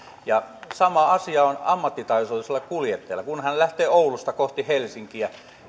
sama asia on ammattitaitoisella kuljettajalla kun hän lähtee oulusta kohti helsinkiä